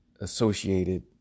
associated